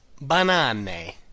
banane